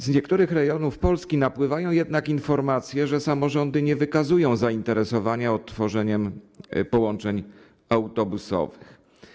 Z niektórych rejonów Polski napływają jednak informacje, że samorządy nie wykazują zainteresowania odtworzeniem połączeń autobusowych.